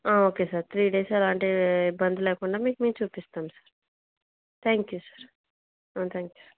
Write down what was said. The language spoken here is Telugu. ఓకే సార్ త్రీ డేస్ ఎలాంటి ఇబ్బంది లేకుండా మీకు మేము చూపిస్తాం sir thank you sir thank you sir